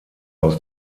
aus